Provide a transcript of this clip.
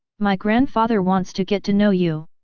my grandfather wants to get to know you.